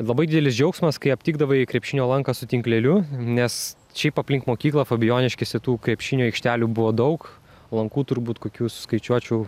labai didelis džiaugsmas kai aptikdavai krepšinio lanką su tinkleliu nes šiaip aplink mokyklą fabijoniškėse tų krepšinio aikštelių buvo daug lankų turbūt kokių skaičiuočiau